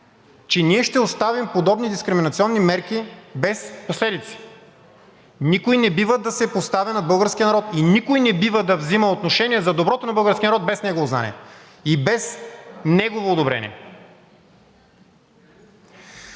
че ние ще оставим подобни дискриминационни мерки без последици. Никой не бива да се поставя над българския народ! Никой не бива да взема отношение за доброто на българския народ без негово знание и без негово одобрение!